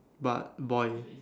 but boy